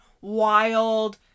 wild